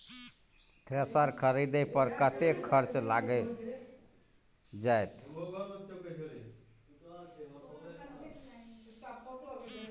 Thresher खरीदे पर कतेक खर्च लाईग जाईत?